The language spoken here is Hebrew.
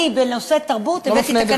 אני לא מפנה את זה כלפייך.